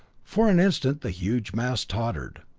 for an instant the huge mass tottered,